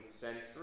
century